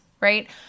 right